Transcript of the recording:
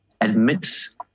admits